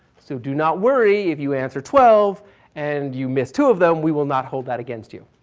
so do not worry if you answer twelve and you miss two of them, we will not hold that against you,